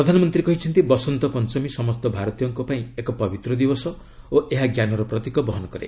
ପ୍ରଧାନମନ୍ତ୍ରୀ କହିଛନ୍ତି ବସନ୍ତ ପଞ୍ଚମୀ ସମସ୍ତ ଭାରତୀୟଙ୍କ ପାଇଁ ଏକ ପବିତ୍ର ଦିବସ ଓ ଏହା ଞ୍ଜାନର ପ୍ରତୀକ ବହନ କରେ